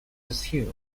assumed